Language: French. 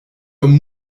comme